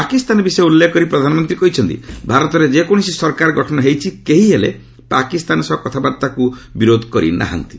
ପାକିସ୍ତାନ ବିଷୟ ଉଲ୍ଲେଖ କରି ପ୍ରଧାନମନ୍ତ୍ରୀ କହିଛନ୍ତି ଭାରତରେ ଯେକୌଣସି ସରକାର ଗଠନ ହୋଇଛି କେହି ହେଲେ ପାକିସ୍ତାନ ସହ କଥାବାର୍ତ୍ତାକୁ ବିରୋଧ କରିନାହାନ୍ତି